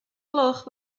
gloch